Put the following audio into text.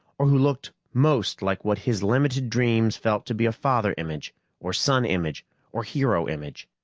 or who looked most like what his limited dreams felt to be a father image or son image or hero image.